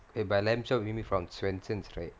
eh but lamb chop you mean from Swensen's right